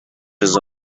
رضا